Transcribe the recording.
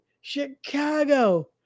Chicago